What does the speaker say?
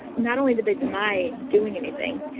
not only did they deny doing anything,